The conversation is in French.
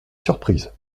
surprise